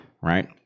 right